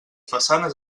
façanes